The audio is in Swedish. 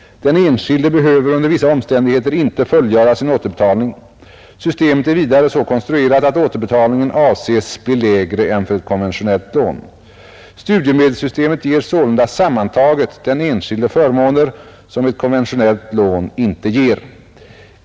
Den enskilde behöver under vissa omständigheter inte fullgöra sin återbetalning. Systemet är vidare så konstruerat att återbetalningen avses bli lägre än för ett konventionellt lån. Studiemedelssystemet ger sålunda sammantaget den enskilde förmåner som ett konventionellt lån inte ger.